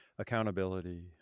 accountability